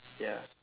ya